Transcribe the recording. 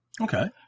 Okay